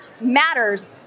matters